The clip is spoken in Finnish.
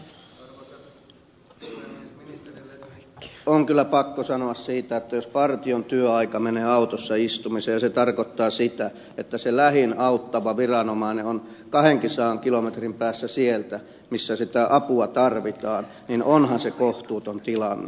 ministerille on kyllä pakko sanoa siitä että jos partion työaika menee autossa istumiseen ja se tarkoittaa sitä että lähin auttava viranomainen on kahdenkinsadan kilometrin päässä sieltä missä sitä apua tarvitaan niin onhan se kohtuuton tilanne